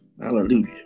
Hallelujah